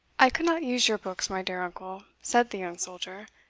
i could not use your books, my dear uncle, said the young soldier,